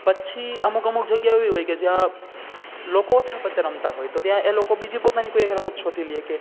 પછી અમુક અમુક જગ્યા એવી હોય કે જયાં લોકો પોતે રમતા હોય તો ત્યાં એ લોકો બીજી પોતાની કોઈક રમત શોધી લે કે